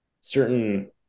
certain